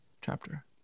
chapter